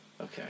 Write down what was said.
Okay